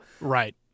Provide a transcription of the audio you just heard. Right